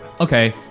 Okay